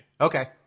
Okay